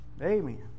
Amen